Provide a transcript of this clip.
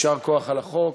יישר כוח על החוק.